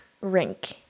Rink